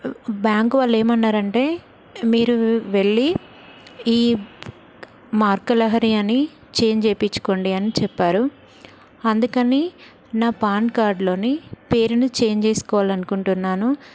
bank వాళ్ళు ఏమన్నారు అంటే మీరు వెళ్ళి ఈ మార్క లహరి అని ఛేంజ్ చేయించుకోండి అని చెప్పారు అందుకని నా పాన్ కార్డ్లో పేరును ఛేంజ్ చేసుకోవాలి అనుకుంటున్నాను